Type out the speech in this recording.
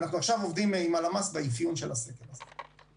עכשיו אנחנו עובדים עם הלמ"ס על האפיון של הסקר הזה.